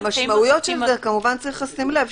המשמעויות של זה כמובן יש לשים לזה,